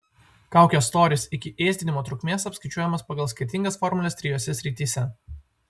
kaukės storis iki ėsdinimo trukmės apskaičiuojamas pagal skirtingas formules trijose srityse